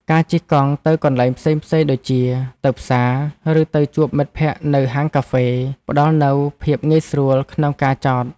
ការជិះកង់ទៅកន្លែងផ្សេងៗដូចជា ទៅផ្សារ ឬទៅជួបមិត្តភក្តិនៅហាងកាហ្វេ ផ្ដល់នូវភាពងាយស្រួលក្នុងការចត។